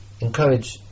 encourage